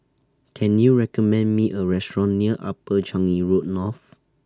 Can YOU recommend Me A Restaurant near Upper Changi Road North